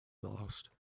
lost